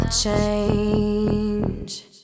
Change